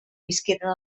visqueren